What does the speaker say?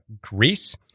Greece